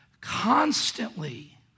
constantly